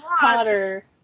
Potter